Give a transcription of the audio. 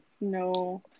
No